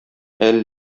әле